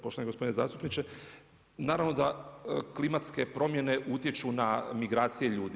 Poštovani gospodine zastupniče, naravno da klimatske promjene utječu na migracije ljudi.